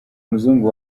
umuzungu